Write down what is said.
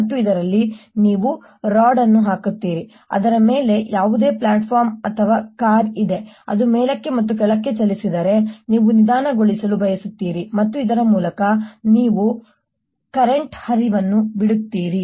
ಮತ್ತು ಇದರಲ್ಲಿ ನೀವು ರಾಡ್ ಅನ್ನು ಹಾಕುತ್ತೀರಿ ಅದರ ಮೇಲೆ ಯಾವುದೇ ಪ್ಲಾಟ್ಫಾರ್ಮ್ ಅಥವಾ ಕಾರ್ ಇದೆ ಅದು ಮೇಲಕ್ಕೆ ಮತ್ತು ಕೆಳಕ್ಕೆ ಚಲಿಸಿದರೆ ನೀವು ನಿಧಾನಗೊಳಿಸಲು ಬಯಸುತ್ತೀರಿ ಮತ್ತು ಇದರ ಮೂಲಕ ನೀವು ಕರೆಂಟ್ 0ಹರಿವನ್ನು ಬಿಡುತ್ತೀರಿ